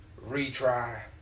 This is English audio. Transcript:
retry